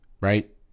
right